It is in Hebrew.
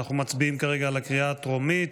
אנחנו מצביעים כרגע על הקריאה הטרומית.